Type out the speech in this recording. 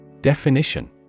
Definition